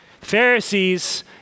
Pharisees